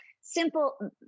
Simple